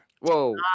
whoa